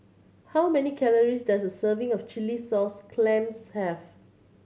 how many calories does a serving of chilli sauce clams have